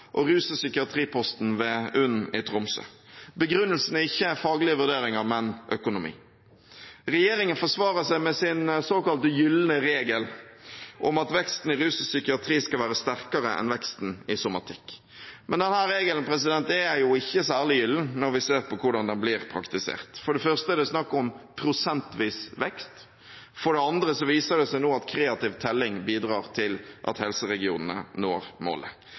Rus- og psykiatriposten ved UNN i Tromsø. Begrunnelsen er ikke faglige vurderinger, men økonomi. Regjeringen forsvarer seg med sin såkalte gylne regel, om at veksten innenfor rusfeltet og psykiatri skal være sterkere enn veksten innenfor somatikk. Men denne regelen er ikke særlig gyllen når vi ser på hvordan den blir praktisert. For det første er det snakk om prosentvis vekst, for det andre viser det seg nå at kreativ telling bidrar til at helseregionene når målet.